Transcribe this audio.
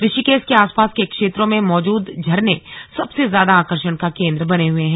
ऋषिकेश के आसपास के क्षेत्रों में मौजूद झरने सबसे ज्यादा आकर्षण का केंद्र बने हुए हैं